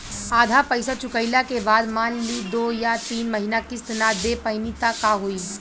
आधा पईसा चुकइला के बाद मान ली दो या तीन महिना किश्त ना दे पैनी त का होई?